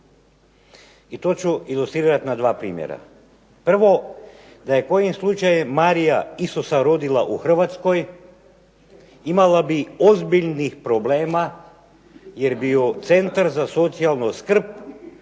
I to ću ilustrirati na dva primjera. Prvo, da je kojim slučajem Marija Isusa rodila u Hrvatskoj, imala bi ozbiljnih problema jer bi ju Centar za socijalnu skrb